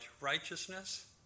righteousness